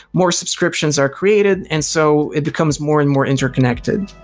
more subscriptions are created and so it becomes more and more interconnected.